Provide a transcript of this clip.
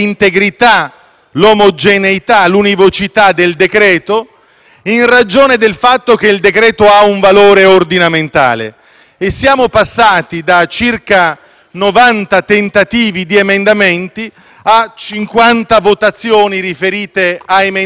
in ragione del fatto che il provvedimento ha un valore ordinamentale e siamo passati da circa 90 proposte di emendamenti a 50 votazioni riferite a emendamenti ritenuti idonei dal punto di vista dell'istruttoria.